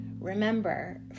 Remember